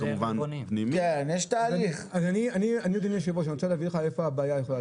אדוני היושב ראש אני אגיד לך איפה הבעיה יכולה